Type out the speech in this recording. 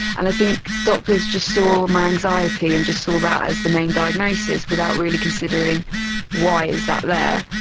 and i think doctors just saw my anxiety and just saw that as the main diagnosis without really considering why is that there.